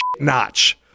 notch